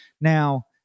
now